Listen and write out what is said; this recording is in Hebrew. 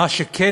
סליחה,